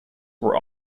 were